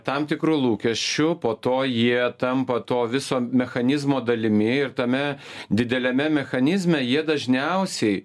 tam tikrų lūkesčių po to jie tampa to viso mechanizmo dalimi ir tame dideliame mechanizme jie dažniausiai